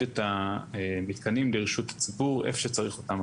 את המתקנים לרשות הציבור איפה שצריך אותם,